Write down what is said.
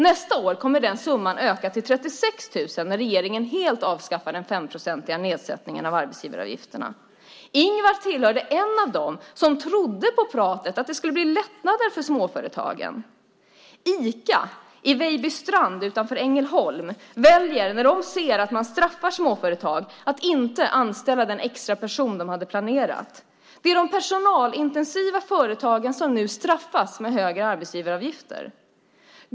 Nästa år kommer den summan att öka till 36 000 kronor, när regeringen helt avskaffar den 5-procentiga nedsättningen av arbetsgivaravgifterna. Ingvar var en av dem som trodde på pratet om att det skulle bli lättnader för småföretagen. Ica i Vejbystrand utanför Ängelholm väljer, när de ser att man straffar småföretag, att inte anställa den extra person de hade planerat. Det är de personalintensiva företagen som nu straffas med högre arbetsgivaravgifter.